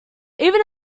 even